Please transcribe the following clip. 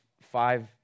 five